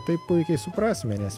tai puikiai suprasime nes